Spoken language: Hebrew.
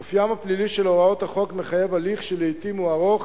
אופיין הפלילי של הוראות החוק מחייב הליך שלעתים הוא ארוך,